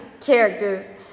characters